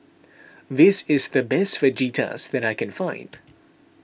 this is the best Fajitas that I can find